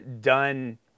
done